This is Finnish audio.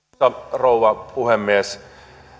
rouva puhemies